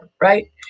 right